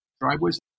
driveways